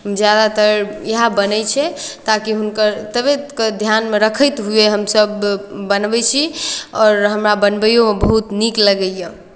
ज्यादातर इएह बनै छै ताकि हुनकर तबियतकेँ ध्यानमे रखैत हुए हमसभ बनबै छी आओर हमरा बनबैओमे बहुत नीक लगैए